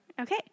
Okay